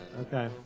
Okay